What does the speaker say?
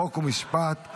חוק ומשפט,